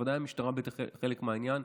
ובוודאי שהמשטרה היא חלק מהעניין.